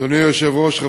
אדוני היושב-ראש,